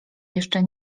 jeszcze